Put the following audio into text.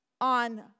on